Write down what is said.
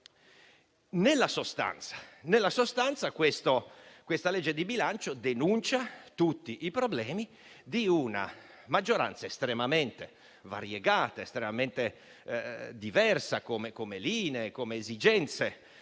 Nella sostanza, il disegno di legge di bilancio denuncia tutti i problemi di una maggioranza estremamente variegata e diversa come linee, come esigenze,